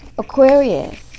Aquarius